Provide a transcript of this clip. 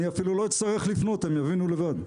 אני אפילו לא אצטרך לפנות, הם יבינו לבד.